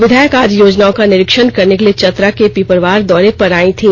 विधायक आज योजनाओं का निरीक्षण करने के लिए चतरा के पिपरवार दौरे पर आयीं थी